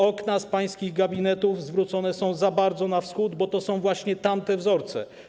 Okna pańskich gabinetów zwrócone są za bardzo na wschód, bo to są właśnie tamte wzorce.